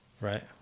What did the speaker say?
Right